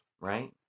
right